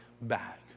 back